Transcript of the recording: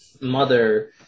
mother